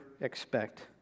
expect